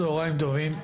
צוהריים טובים,